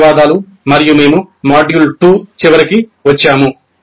ధన్యవాదాలు మరియు మేము మాడ్యూల్ 2 చివరికి వచ్చాము